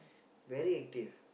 very active